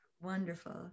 wonderful